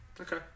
Okay